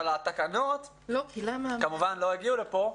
התקנות כמובן לא הגיעו לפה,